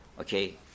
okay